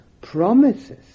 promises